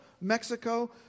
Mexico